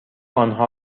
آنها